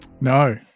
No